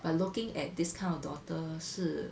but looking at this kind of daughter 是